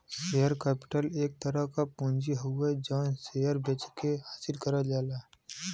share capital एक तरह क पूंजी हउवे जौन शेयर बेचके हासिल करल जाला